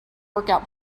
workout